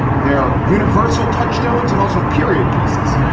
they're universal touchstones and also period pieces.